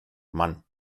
mann